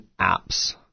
apps